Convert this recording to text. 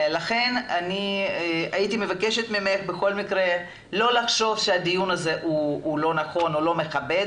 לכן הייתי מבקשת ממך לא לחשוב שהדיון הזה הוא לא נכון או לא מכבד.